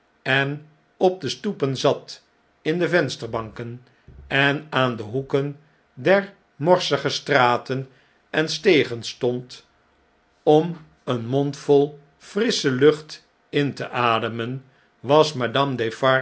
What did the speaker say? en op de stoepen zat in de vensterbanken en aan de hoeken der morsige straten en stegen stond om een mondvol frissche lucht in te ademen was